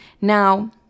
Now